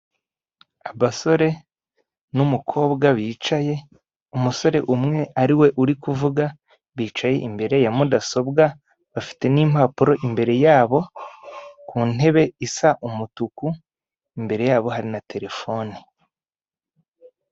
Abasore n'umukobwa bicaye, umusore umwe ariwe uri kuvuga bicaye imbere ya mudasobwa bafite n'impapuro imbere yabo ku ntebe isa umutuku, imbere yabo hari na telefone.